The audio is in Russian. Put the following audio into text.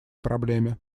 проблеме